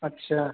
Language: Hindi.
अच्छा